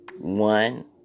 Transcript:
One